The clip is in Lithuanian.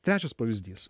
trečias pavyzdys